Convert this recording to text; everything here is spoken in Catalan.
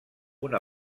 una